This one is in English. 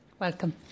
Welcome